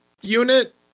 unit